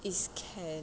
is can